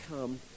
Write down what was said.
come